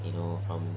you know from